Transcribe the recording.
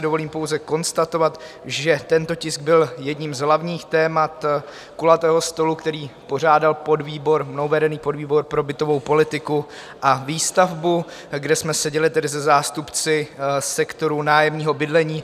Dovolím si pouze konstatovat, že tento tisk byl jedním z hlavních témat kulatého stolu, který pořádal mnou vedený podvýbor pro bytovou politiku a výstavbu, kde jsme seděli se zástupci sektoru nájemního bydlení.